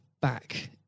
back